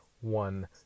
one